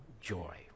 joy